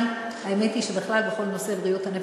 האמת היא שבכלל כל נושא בריאות הנפש,